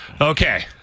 Okay